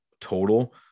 total